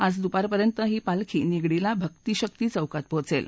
आज दुपारपर्यंत ही पालखी निगडीला भक्ती शक्ती चौकात पोचेल